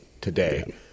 today